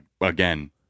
again